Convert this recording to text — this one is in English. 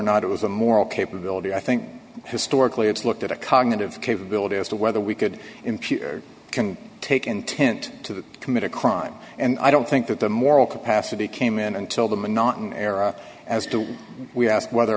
not it was a moral capability i think historically it's looked at a cognitive capability as to whether we could impute can take intent to commit a crime and i don't think that the moral capacity came in until the monotony era as to wh